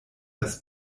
das